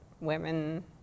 women